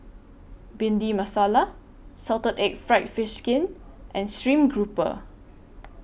Bhindi Masala Salted Egg Fried Fish Skin and Stream Grouper